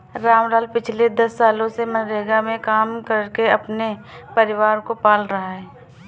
रामलाल पिछले दस सालों से मनरेगा में काम करके अपने परिवार को पाल रहा है